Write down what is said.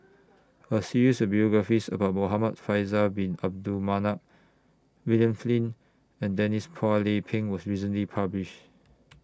A series of biographies about Muhamad Faisal Bin Abdul Manap William Flint and Denise Phua Lay Peng was recently published